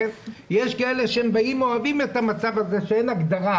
יש כאלה שאוהבים את המצב הזה שאין הגדרה